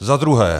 Za druhé.